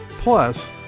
Plus